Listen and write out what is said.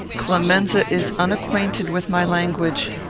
clemenza is unacquainted with my language.